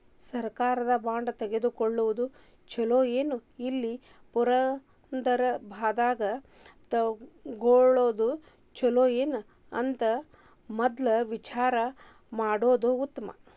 ಸರ್ಕಾರದ ಬಾಂಡ ತುಗೊಳುದ ಚುಲೊನೊ, ಇಲ್ಲಾ ಪುರಸಭಾದಾಗ ತಗೊಳೊದ ಚುಲೊನೊ ಅಂತ ಮದ್ಲ ವಿಚಾರಾ ಮಾಡುದ ಉತ್ತಮಾ